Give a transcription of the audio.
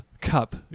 Cup